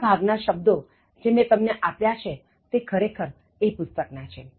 મોટાભાગના શબ્દો જે મેં તમને આપ્યા છે તે ખરેખર આ પુસ્તક ના છે